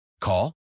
Call